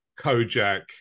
Kojak